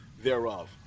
thereof